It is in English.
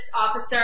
officer